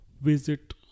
visit